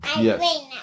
Yes